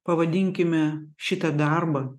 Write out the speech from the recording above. pavadinkime šitą darbą